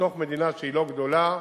בתוך מדינה שהיא לא גדולה,